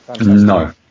No